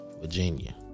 Virginia